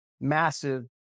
massive